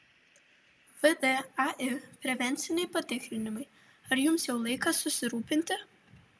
vdai prevenciniai patikrinimai ar jums jau laikas susirūpinti